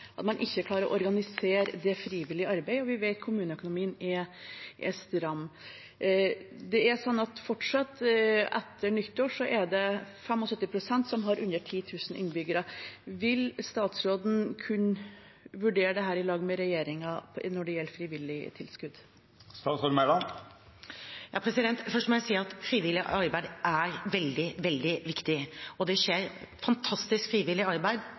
at man ikke klarer å organisere det frivillige arbeidet, og vi vet at kommuneøkonomien er stram. Fortsatt, etter nyttår, er det sånn at det er 75 pst. som har under 10 000 innbyggere. Når det gjelder frivilligtilskudd: Vil statsråden, i lag med regjeringen, kunne vurdere dette? Først må jeg si at frivillig arbeid er veldig, veldig viktig, og det skjer fantastisk frivillig arbeid,